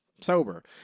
sober